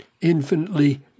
infinitely